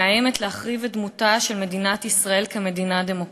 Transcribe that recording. שמאיימת להחריב את דמותה של מדינת ישראל כמדינה דמוקרטית?